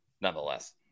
nonetheless